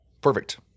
Perfect